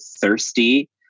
thirsty